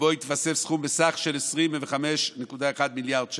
ובו התווסף סכום של 25.1 מיליארד שקלים,